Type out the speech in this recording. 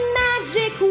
magic